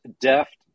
deft